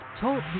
Talk